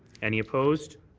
any opposed?